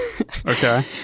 Okay